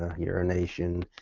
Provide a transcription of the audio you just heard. ah urination.